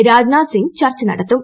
രാജ്നാഥ് സിംഗ് ചർച്ച നടത്തും